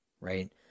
right